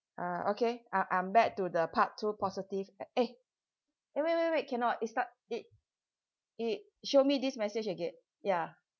uh okay I I'm back to the part two positive a~ eh eh wait wait wait cannot it start it it show me this message again ya